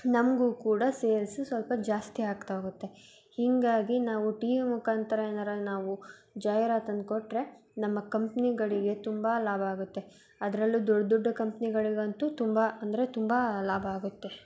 ನಮಗೂ ಕೂಡ ಸೇಲ್ಸು ಸ್ವಲ್ಪ ಜಾಸ್ತಿಯಾಗ್ತಾ ಹೋಗುತ್ತೆ ಹೀಗಾಗಿ ನಾವು ಟಿ ವಿ ಮುಖಾಂತರ ಏನಾರು ನಾವು ಜಾಹೀರಾತನ್ನ ಕೊಟ್ಟರೆ ನಮ್ಮ ಕಂಪ್ನಿಗಳಿಗೆ ತುಂಬ ಲಾಭ ಆಗುತ್ತೆ ಅದರಲ್ಲೂ ದೊಡ್ಡ ದೊಡ್ಡ ಕಂಪ್ನಿಗಳಿಗಂತೂ ತುಂಬ ಅಂದರೆ ತುಂಬ ಲಾಭ ಆಗುತ್ತೆ